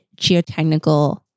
geotechnical